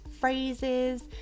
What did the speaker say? phrases